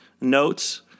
notes